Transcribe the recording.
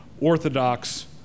orthodox